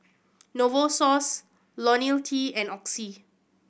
Novosource Lonil T and Oxy